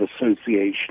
association